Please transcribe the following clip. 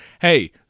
Hey